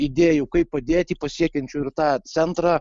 idėjų kaip padėti pasiekiančių ir tą centrą